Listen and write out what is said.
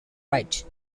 right